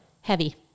Heavy